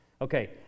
Okay